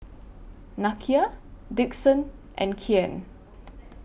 Nakia Dixon and Kian